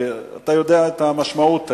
כי אתה יודע את המשמעות היום.